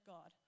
God